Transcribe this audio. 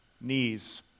knees